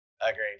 agreed